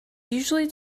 usually